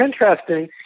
interesting